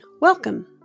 Welcome